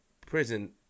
prison